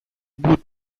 будет